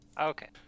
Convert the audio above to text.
Okay